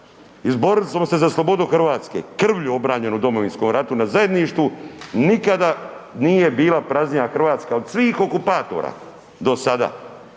Izborili smo se za slobodu Hrvatske, krvlju obranjenu u Domovinskom ratu na zajedništvu, nikada nije bila praznija Hrvatska od svih okupatora do sada.